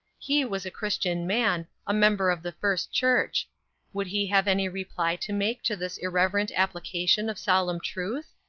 he was a christian man, a member of the first church would he have any reply to make to this irreverent application of solemn truth?